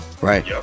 right